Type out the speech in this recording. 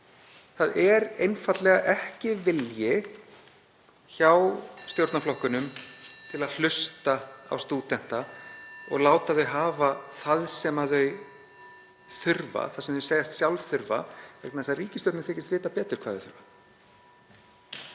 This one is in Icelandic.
Það er einfaldlega ekki vilji (Forseti hringir.) hjá stjórnarflokkunum til að hlusta á stúdenta og láta þau hafa það sem þau þurfa, það sem þau segjast sjálf þurfa, vegna þess að ríkisstjórnin þykist vita betur hvað þau þurfa.